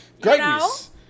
Greatness